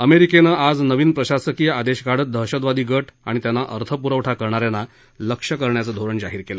अमेरिकेनं आज नवीन प्रशासकीय आदेश काढत दहशतवादी गट आणि त्यांना अर्थपुरवठा करणाऱ्यांना लक्ष्य करण्याचं धोरण जाहीर केलं